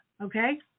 Okay